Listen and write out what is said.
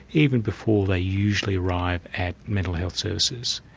even before they usually arrive at mental health services.